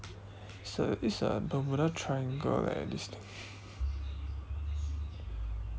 it's a it's bermuda triangle leh this thing